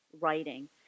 writing